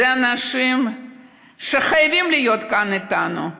אלה אנשים שחייבים להיות כאן איתנו,